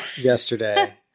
yesterday